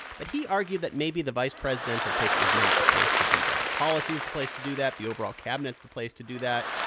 but he argued that maybe the vice presidential pick is not the place to do that. policy is the place to do that. the overall cabinet is the place to do that.